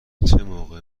موقع